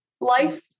life